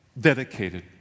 dedicated